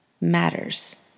matters